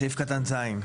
בסעיף קטן (ז).